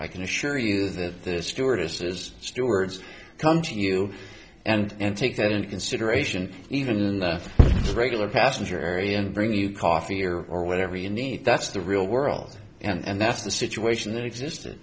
i can assure you that the stewardesses stewards come to you and take that into consideration even in the regular passenger area and bring you coffee or whatever you need that's the real world and that's the situation that existed